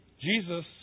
Jesus